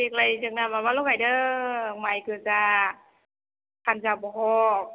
देग्लाय जोंना माबाल' गायदों माइ गोजा फान्जा बहग